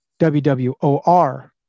wwor